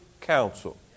counsel